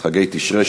חגי תשרי,